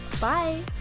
Bye